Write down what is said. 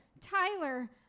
Tyler